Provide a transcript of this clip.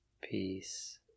peace